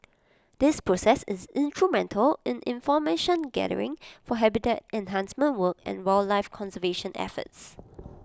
this process is instrumental in information gathering for habitat enhancement work and wildlife conservation efforts